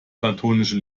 platonische